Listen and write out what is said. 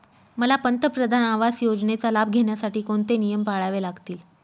मला पंतप्रधान आवास योजनेचा लाभ घेण्यासाठी कोणते नियम पाळावे लागतील?